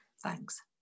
Thanks